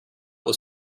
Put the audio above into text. was